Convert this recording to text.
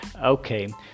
Okay